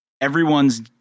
everyone's